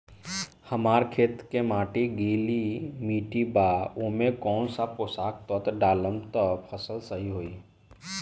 हमार खेत के माटी गीली मिट्टी बा ओमे कौन सा पोशक तत्व डालम त फसल सही होई?